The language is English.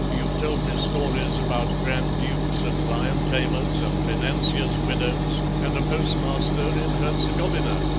you've told me stories about grand-dukes and lion-tamers and financiers' widows and a postmaster in herzegovina,